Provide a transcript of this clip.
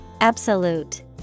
Absolute